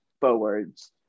forwards